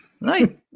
Right